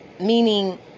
meaning